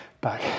back